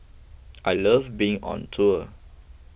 I love being on tour